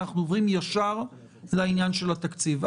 ואנחנו עוברים ישר לעניין של התקציב.